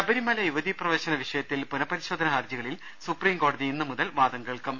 ശബരിമല യുവതീ പ്രവേശന വിഷയത്തിൽ പുനപരിശോധനാ ഹർജികളിൽ സുപ്രീംകോടതി ഇന്ന് മുതൽ വാദം കേൾക്കും